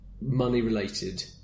money-related